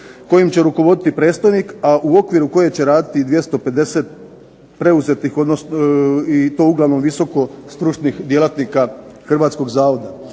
kojim će rukovoditi predstojnik, a u okviru koje će raditi 250 preuzetih i to uglavnom visoko stručnih djelatnika Hrvatskog zavoda.